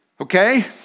Okay